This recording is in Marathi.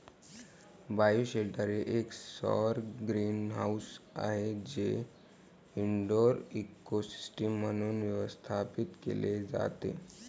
बायोशेल्टर हे एक सौर ग्रीनहाऊस आहे जे इनडोअर इकोसिस्टम म्हणून व्यवस्थापित केले जाते